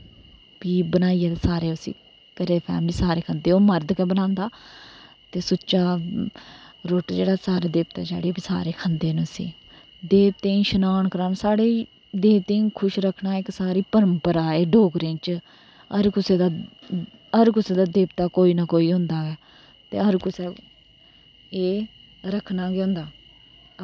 फ्ही बनाइयै ते सारे उसी घरै फैमली सारे खंदे ओह् मर्द गै बनांदा ते सुच्चा रुट्ट जेह्ड़ा सारे देवतै चाढ़ियै फ्ही सारे खंदे न उसी देवदेंई शनान कराना साढ़े देवतें गी खुश रक्खना इक साढ़ी परंपरा एह् डोगरें च हर कुसे दा दर कुसे दा देवदा कोई ना कोई होंदा ऐ ते हर कुसै एह् रक्खना गै होंदा